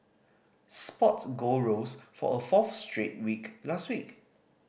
spot gold rose for a fourth straight week last week